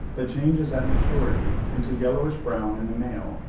but changes at maturity into yellowish-brown in the male,